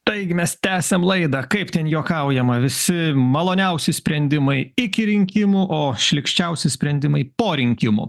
taigi mes tęsiam laidą kaip ten juokaujama visi maloniausi sprendimai iki rinkimų o šlykščiausi sprendimai po rinkimų